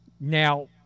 now